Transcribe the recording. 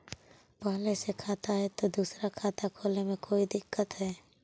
पहले से खाता है तो दूसरा खाता खोले में कोई दिक्कत है?